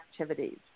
activities